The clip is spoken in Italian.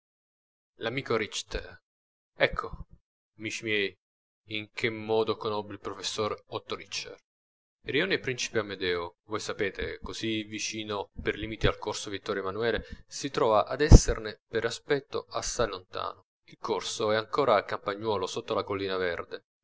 l'amico richter ecco amici miei in che modo conobbi il professore otto richter il rione principe amedeo voi sapete così vicino per limiti al corso vittorio emmanuele si trova ad esserne per aspetto assai lontano il corso è ancora campagnuolo sotto la collina verde